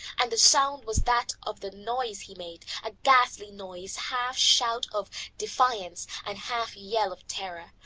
and the sound was that of the noise he made, a ghastly noise, half shout of defiance and half yell of terror,